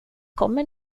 kommer